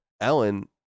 Ellen